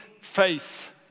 faith